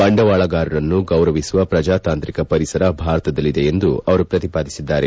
ಬಂಡವಾಳಗಾರರನ್ನು ಗೌರವಿಸುವ ಪ್ರಜಾತಾಂತ್ರಿಕ ಪರಿಸರ ಭಾರತದಲ್ಲಿದೆ ಎಂದು ಅವರು ತಿಳಿಸಿದ್ದಾರೆ